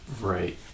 right